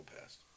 passed